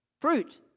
Fruit